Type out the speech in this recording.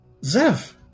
Zev